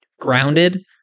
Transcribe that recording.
grounded